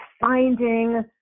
finding